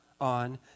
on